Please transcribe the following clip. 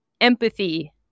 empathy